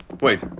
Wait